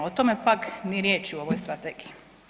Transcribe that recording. O tome pak ni riječi u ovoj strategiji.